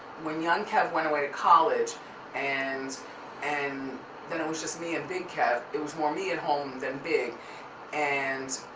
when young kev went away to college and and then it was just me and big kev, it was more me at home than big and,